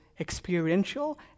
experiential